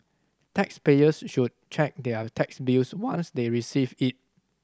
taxpayers should check their tax bills once they receive it